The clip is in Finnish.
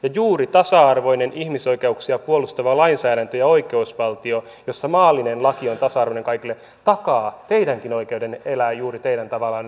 juuri tasa arvoinen ihmisoikeuksia puolustava lainsäädäntö ja oikeusvaltio jossa maallinen laki on tasa arvoinen kaikille takaa teidänkin oikeutenne elää juuri teidän tavallanne